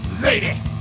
Lady